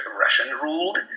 Russian-ruled